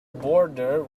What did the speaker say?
border